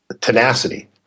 tenacity